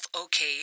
okay